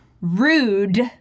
rude